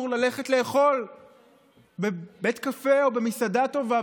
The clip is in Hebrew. ללכת לאכול בבית קפה או במסעדה טובה,